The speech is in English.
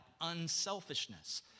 unselfishness